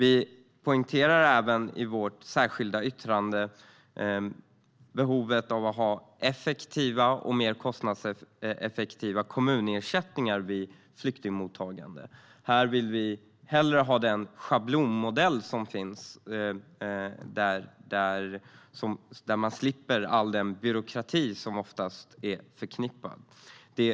I vårt särskilda yttrande poängterar vi även behovet av mer kostnadseffektiva kommunersättningar vid flyktingmottagande. Vi vill ha den schablonmodell som finns för att minska den byråkrati som är förknippad med detta.